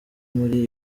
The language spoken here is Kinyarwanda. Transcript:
muri